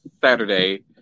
Saturday